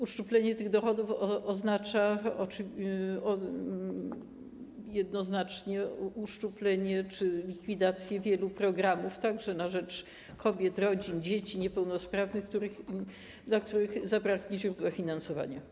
Uszczuplenie tych dochodów oznacza jednoznacznie uszczuplenie czy likwidację wielu programów, także na rzecz kobiet, rodzin, dzieci niepełnosprawnych, dla których zabraknie źródła finansowania.